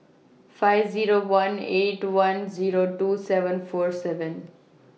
five Zero one eight one Zero two seven four seven